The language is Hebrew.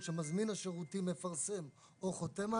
שמזמין השירותים מפרסם או חותם עליו.